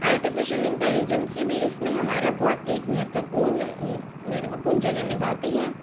artificial intelligence भी इसमें हमारा बहुत एक महत्वपूर्ण महत्वपूर्ण जगह निभाती हैं